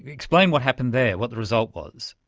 explain what happened there, what the result was.